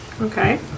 Okay